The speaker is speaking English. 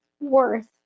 worth